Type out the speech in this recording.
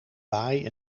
baai